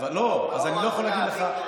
בוא, אל תלך לשם.